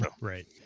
Right